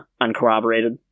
uncorroborated